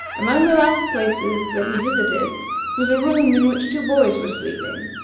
among the last places that he visited was a room in which two boys were sleeping.